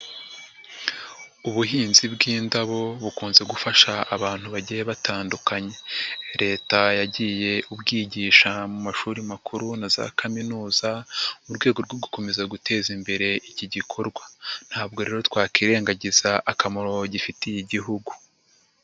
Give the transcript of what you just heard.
Ubuhinzi bw'indabo bukunze gufasha abantu bagiye batandukanye. Leta yagiye ubwigisha mu mashuri makuru na za kaminuza, mu rwego rwo gukomeza guteza imbere iki gikorwa. Ntabwo rero twakwirengagiza akamaro gifitiye igihugu.